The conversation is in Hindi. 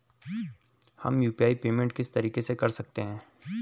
हम यु.पी.आई पेमेंट किस तरीके से कर सकते हैं?